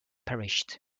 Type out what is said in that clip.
perished